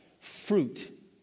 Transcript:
Fruit